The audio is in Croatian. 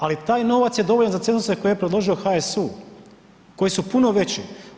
Ali taj novac je dovoljan za cenzuse koje je predložio HSU, koji su puno veći.